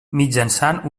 mitjançant